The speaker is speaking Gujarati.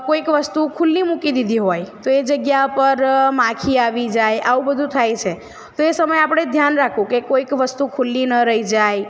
કોઈક વસ્તુ ખુલ્લી મૂકી દીધી હોય તો એ જગ્યા પર માખી આવી જાય આવું બધું થાય છે તો એ સમયે આપણે ધ્યાન રાખવું કે કોઈક વસ્તુ ખુલ્લી ન રહી જાય